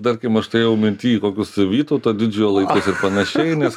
tarkim aš turėjau minty kokius vytauto didžiojo laikus ir panašiai nes